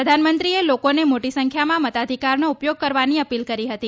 પ્રધાનમંત્રીએ લોકોને મોટી સંખ્યામાં મતાધિકારનો ઉપયોગ કરવાની અપીલ કરી હતી